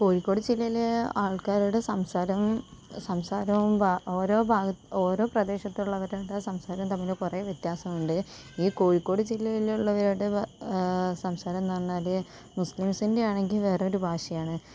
കോഴിക്കോട് ജില്ലയിലെ ആൾക്കാരുടെ സംസാരം സംസാരം ഭാ ഓരോ ഭാഗത്ത് ഓരോ പ്രദേശത്തുള്ളവരുടെ സംസാരം തമ്മിൽ കുറേ വ്യത്യാസമുണ്ട് ഈ കോഴിക്കോട് ജില്ലയിലുള്ളവരുടെ സംസാരമെന്നു പറഞ്ഞാൽ മുസ്ലിംസിന്റെയാണെങ്കിൽ വേറൊരു ഭാഷയാണ്